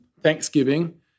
Thanksgiving